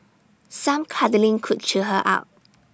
some cuddling could cheer her up